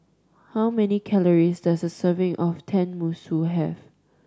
how many calories does a serving of Tenmusu have